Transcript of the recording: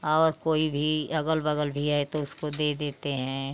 और कोई भी अगल बगल भी है तो उसको दे देते हैं